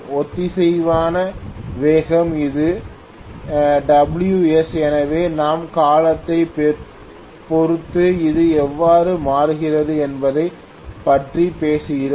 ஒத்திசைவான வேகம் இது ωs எனவே நாம் காலத்தைப் பொறுத்து இது எவ்வாறு மாறுகிறது என்பதைப் பற்றி பேசுகிறோம்